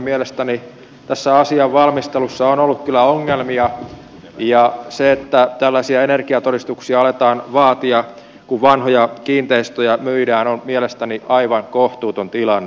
mielestäni tässä asian valmistelussa on ollut kyllä ongelmia ja se että tällaisia energiatodistuksia aletaan vaatia kun vanhoja kiinteistöjä myydään on mielestäni aivan kohtuuton tilanne